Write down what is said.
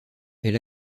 elle